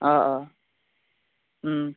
অঁ অঁ